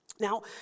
Now